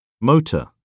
Motor